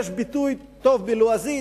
יש ביטוי טוב בלועזית,